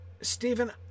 Stephen